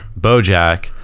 Bojack